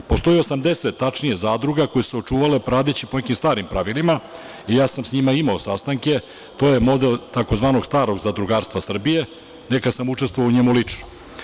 Tačnije, postoji 80 zadruga koje su očuvale, radeći po nekim starim pravilima, i ja sam sa njima imao sastanke, to je model tzv. starog zadrugarstva Srbije, a nekad sam učestvovao u njemu lično.